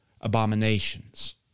abominations